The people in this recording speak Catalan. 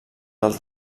del